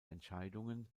entscheidungen